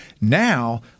Now